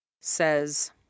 says